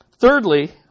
Thirdly